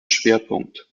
schwerpunkt